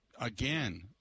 again